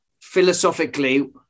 philosophically